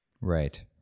Right